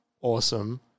awesome